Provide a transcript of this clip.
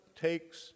takes